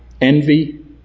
envy